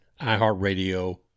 iHeartRadio